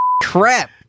crap